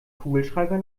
kugelschreiber